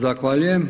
Zahvaljujem.